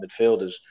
midfielders